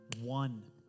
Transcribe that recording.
one